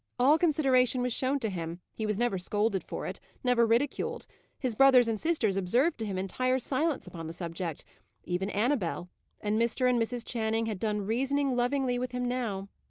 all consideration was shown to him he was never scolded for it, never ridiculed his brothers and sisters observed to him entire silence upon the subject even annabel and mr. and mrs. channing had done reasoning lovingly with him now.